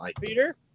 Peter